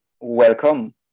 welcome